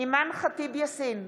אימאן ח'טיב יאסין,